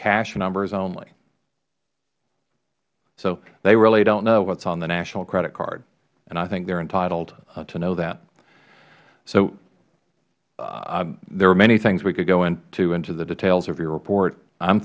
cash numbers only so they really don't know what is on the national credit card and i think they are entitled to know that there are many things we could go into into the details of your report i